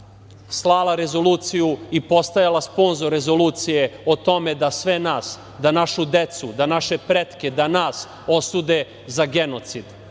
slala rezoluciju i postajala sponzor rezolucije o tome da sve nas, da našu decu, da naše pretke, da nas osude za genocid